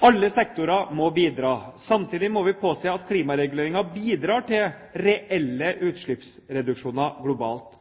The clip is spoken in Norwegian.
Alle sektorer må bidra. Samtidig må vi påse at klimareguleringer bidrar til reelle utslippsreduksjoner globalt.